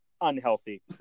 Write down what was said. unhealthy